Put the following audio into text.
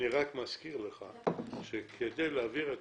רק מזכיר לך שכדי להעביר את